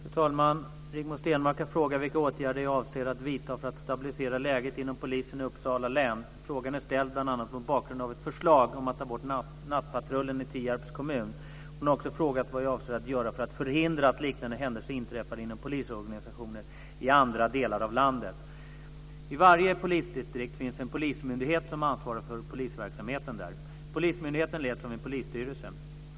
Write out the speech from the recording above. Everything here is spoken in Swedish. Fru talman! Rigmor Stenmark har frågat vilka åtgärder jag avser att vidta för att stabilisera läget inom polisen i Uppsala län. Frågan är ställd bl.a. mot bakgrund av ett förslag om att ta bort nattpatrullen i Tierps kommun. Hon har också frågat vad jag avser att göra för att förhindra att liknande händelser inträffar inom polisorganisationer i andra delar av landet. I varje polisdistrikt finns en polismyndighet som ansvarar för polisverksamheten där. Polismyndigheten leds av en polisstyrelse.